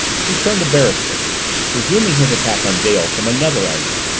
he turned to beresford resuming his attack on dale from another angle.